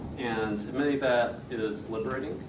and admitting that is liberating,